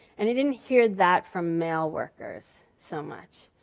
and i didn't hear that from male workers so much.